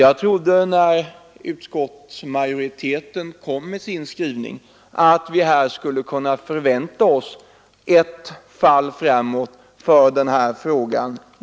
När utskottsmajoriteten kom, med sin skrivning trodde jag att vi snabbt skulle kunna förvänta oss ett fall framåt för den här frågan.